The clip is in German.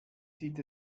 sieht